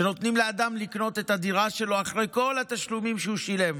כשנותנים לאדם לקנות את הדירה שלו אחרי כל התשלומים שהוא שילם